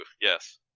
yes